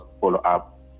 follow-up